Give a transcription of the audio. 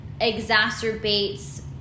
exacerbates